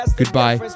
goodbye